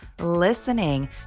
listening